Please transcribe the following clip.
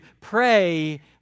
pray